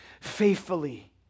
faithfully